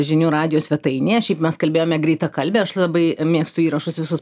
žinių radijo svetainėje šiaip mes kalbėjome greitakalbe aš labai mėgstu įrašus visus